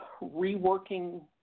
reworking